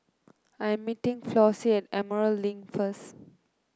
I am meeting Flossie at Emerald Link first